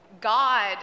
God